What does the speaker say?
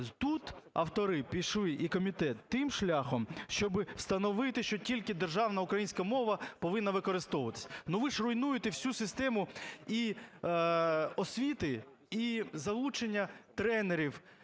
Тут автори пішли, і комітет, тим шляхом, щоби встановити, що тільки державна українська мова повинна використовуватися. Ну ви ж руйнуєте всю систему і освіти, і залучення тренерів,